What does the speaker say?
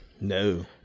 No